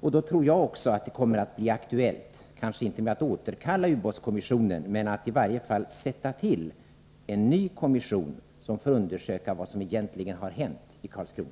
Då tror jag också att det kommer att bli aktuellt, kanske inte att återinkalla ubåtskommissionen men att sätta till en ny kommission, som får undersöka vad som egentligen har hänt i Karlskrona.